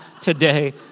today